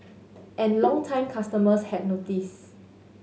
and longtime customers had noticed